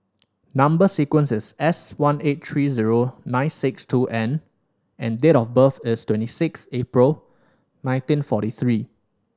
number sequence is S one eight three zero nine six two N and date of birth is twenty six April nineteen forty three